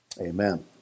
Amen